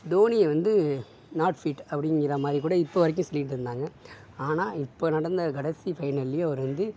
தோனியை வந்து not fit அப்படிங்குற மாதிரி கூட இப்போ வரைக்கும் சொல்லிகிட்டிருந்தாங்க ஆனால் இப்போ நடந்த கடைசி ஃபைனல்லையும் அவர் வந்து